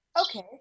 okay